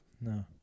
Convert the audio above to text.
no